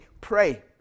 pray